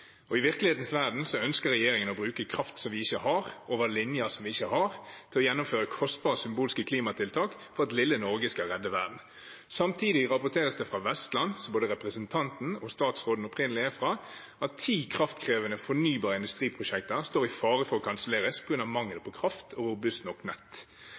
I virkelighetens verden ønsker regjeringen å bruke kraft vi ikke har, over linjer vi ikke har, til å gjennomføre kostbare symbolske klimatiltak for at lille Norge skal redde verden. Samtidig rapporteres det fra Vestland, som både representanten og statsråden opprinnelig er fra, at ti kraftkrevende fornybare industriprosjekter står i fare for å kanselleres på grunn av mangel på kraft og robust nok nett.